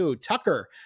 Tucker